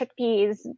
chickpeas